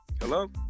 Hello